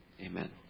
Amen